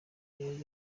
yari